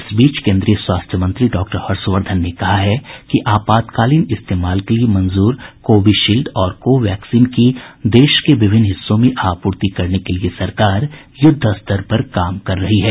इस बीच केन्द्रीय स्वास्थ्य मंत्री डॉक्टर हर्षवर्धन ने कहा है कि आपातकालीन इस्तेमाल के लिये मंजूर कोविशील्ड और कोवैक्सीन की देश के विभिन्न हिस्सों में आपूर्ति करने के लिये सरकार युद्धस्तर पर काम कर रही है